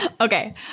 Okay